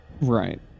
Right